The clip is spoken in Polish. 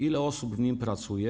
Ile osób w nim pracuje?